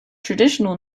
traditional